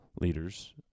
leaders